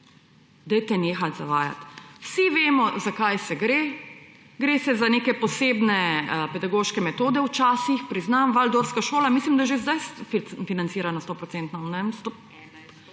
Dajte nehati zavajati! Vsi vemo, zakaj gre. Gre za neke posebne pedagoške metode včasih priznam – waldorfska šola, mislim, da že sedaj financirana 100 %.